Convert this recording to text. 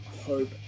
Hope